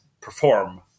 perform